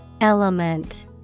Element